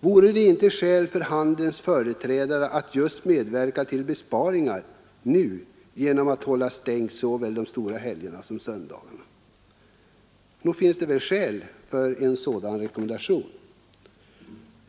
Vore det inte skäl för handelns företrädare att medverka till besparingar nu genom att ha stängt såväl de stora helgerna som söndagarna? Nog finns det skäl till en sådan rekommendation.